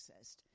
accessed